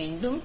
வேண்டும்